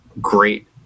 great